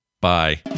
Bye